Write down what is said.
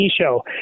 show